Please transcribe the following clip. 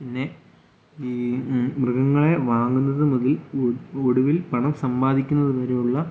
പിന്നെ ഈ മൃഗങ്ങളെ വാങ്ങുന്നത് മുതൽ ഒടുവിൽ പണം സമ്പാദിക്കുന്നത് വരെയുള്ള